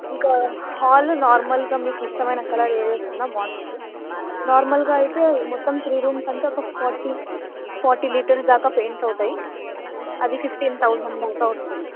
ఇంకా హాల్ నార్మల్గా మీకు ఇష్టమైన కలర్ ఏది వేసుకున్నా బాగుంటుంది నార్మల్గా అయితే మొత్తం త్రీ రూమ్స్ అంటే ఒక ఫార్టీ ఫార్టీ లీటర్స్ దాకా పెయింట్ అవుతాయి అది ఫిఫ్టీన్ థౌజండ్ దాకా వస్తుంది